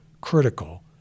critical